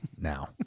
now